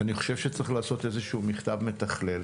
אני חושב שצריך לעשות איזשהו מכתב מתכלל